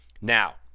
Now